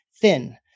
thin